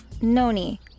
Noni